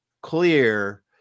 clear